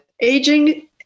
Aging